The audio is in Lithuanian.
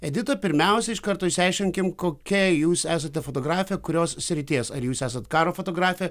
edita pirmiausia iš karto išsiaiškinkim kokia jūs esate fotografė kurios srities ar jūs esat karo fotografė